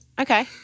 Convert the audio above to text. Okay